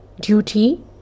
duty